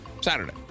Saturday